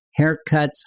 haircuts